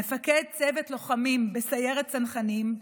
מפקד צוות לוחמים בסיירת צנחנים,